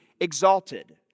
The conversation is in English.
exalted